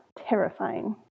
terrifying